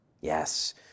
yes